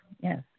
Yes